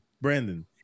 Brandon